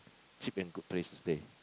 cheap and good place to play